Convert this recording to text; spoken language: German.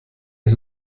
ich